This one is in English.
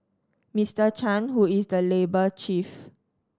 Mister Chan who is the labour chief